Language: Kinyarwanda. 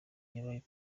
wabaye